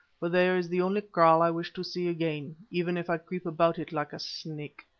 for there is the only kraal i wish to see again, even if i creep about it like a snake.